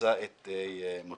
ומצא את מותו.